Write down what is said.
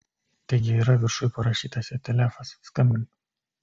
taigi yra viršuj parašytas jo telefas skambink